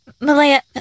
Malaya